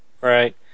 Right